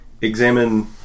examine